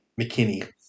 McKinney